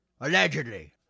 allegedly